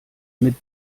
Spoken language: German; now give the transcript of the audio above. mit